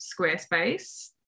Squarespace